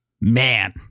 man